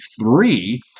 three